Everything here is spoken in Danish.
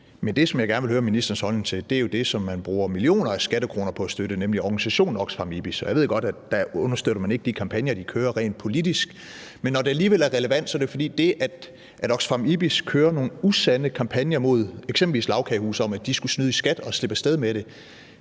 Det, jeg gerne vil høre ministerens holdning til, er jo det, som man bruger millioner af skattekroner på at støtte, nemlig organisationen Oxfam IBIS. Jeg ved godt, at man ikke rent politisk understøtter de kampagner, de kører, men når det alligevel er relevant, er det jo, fordi det, at Oxfam IBIS kører nogle usande kampagner mod eksempelvis Lagkagehuset om, at de skulle snyde i skat og slippe af sted med det,